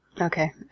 Okay